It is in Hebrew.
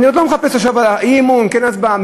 אני עוד לא מחפש עכשיו אי-אמון, כן הצבעה.